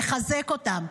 נחזק אותן,